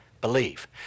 believe